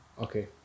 Okay